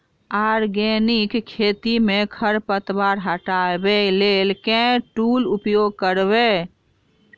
Organic खेती मे खरपतवार हटाबै लेल केँ टूल उपयोग करबै?